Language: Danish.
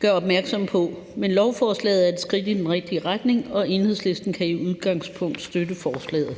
gør opmærksom på. Men lovforslaget er et skridt i den rigtige retning, og Enhedslisten kan i udgangspunktet støtte forslaget.